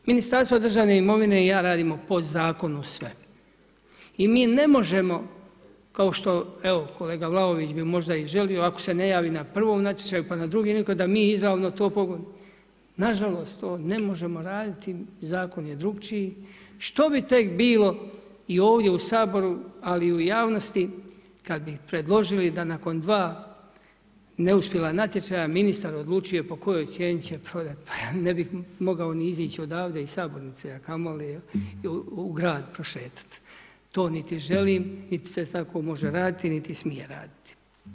Ministarstvo državne imovine i ja radimo po zakonu sve i mi ne možemo, kao što evo kolega Vlaović bi možda i želio, ako se ne javi na prvom natječaju pa na drugi, nego da mi izravno to, nažalost to ne možemo raditi, zakon je drukčiji, što bi tek bilo i ovdje u Saboru, ali i u javnosti kad bi predložili da nakon 2 neuspjela natječaja ministar odlučuje po kojoj cijeni će prodat, pa ja ne bih mogao ni izići odavde iz Sabornice, a kamoli u grad prošetati, to niti želim, nit se tako može raditi, niti smije raditi.